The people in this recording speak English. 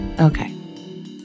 Okay